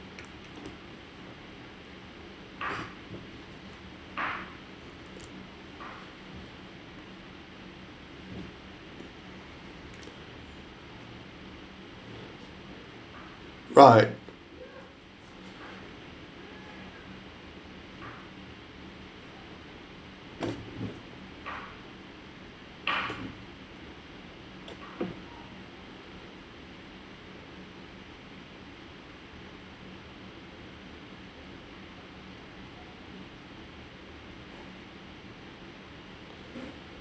right